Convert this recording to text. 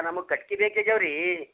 ನಮ್ಗೆ ಕಟ್ಗೆ ಬೇಕಾಗ್ಯವೆ ರೀ